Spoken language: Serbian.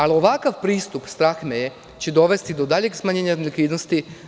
Ali, ovakav pristup, strah me je, dovešće do daljeg smanjenja nelikvidnosti.